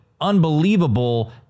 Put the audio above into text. Unbelievable